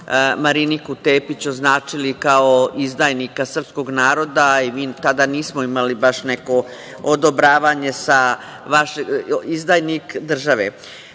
Mariniku Tepić označili kao izdajnika srpskog naroda i mi tada nismo imali baš neko odobravanje sa vaše strane,